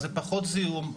זה פחות זיהום,